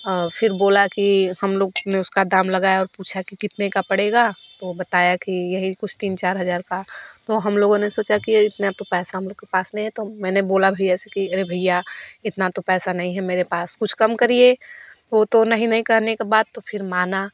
और फिर बोला कि हम लोग उसका दाम लगाया फिर पूछा कि कितने का पड़ेगा तो बताया कि यही कुछ तीन चार हजार का तो हम लोगों ने सोचा की इतना तो पैसा हम लोगों के पास नहीं है तो मैंने बोला भईया से अरे भईया इतना तो पैसा नहीं है मेरे पास कुछ कम करिये वो तो नहीं नहीं करने के बाद तो फिर माना